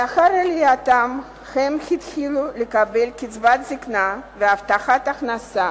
לאחר עלייתם הם התחילו לקבל קצבת זיקנה והבטחת הכנסה,